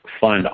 fund